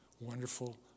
wonderful